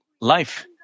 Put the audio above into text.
life